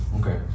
Okay